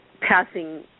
passing